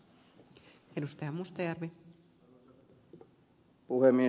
arvoisa puhemies